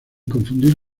confundir